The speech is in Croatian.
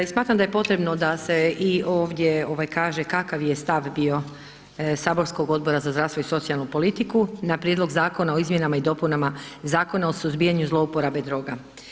Smatram da je potrebno da se i ovdje kaže kakav je stav bio saborskog Odbora za zdravstvo i socijalnu politiku na prijedlog Zakona o izmjenama i dopunama Zakona o suzbijanju zlouporabe droga.